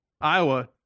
Iowa